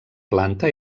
planta